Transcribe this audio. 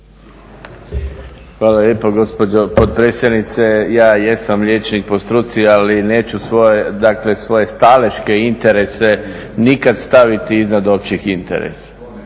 Hvala lijepo gospođo potpredsjednice. Ja jesam liječnik po struci, ali neću, dakle, svoje staleške interese nikad staviti iznad općih interesa